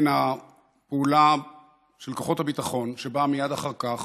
בין הפעולה של כוחות הביטחון, שבאה מייד אחר כך